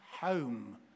home